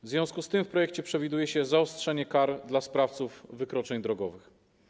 W związku z tym w projekcie przewiduje się zaostrzenie kar dla sprawców wykroczeń drogowych.